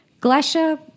Glesha